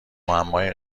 معمای